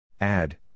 Add